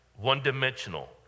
one-dimensional